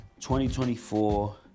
2024